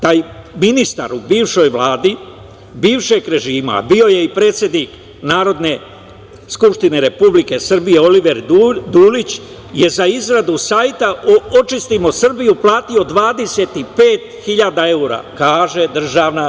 Taj ministar u bivšoj Vladi bivšeg režima, a bio je i predsednik Narodne skupštine Republike Srbije, Oliver Dulić, je za izradu sajta „Očistimo Srbiju“ platio 25.000 evra, kaže DRI.